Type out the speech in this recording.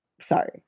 Sorry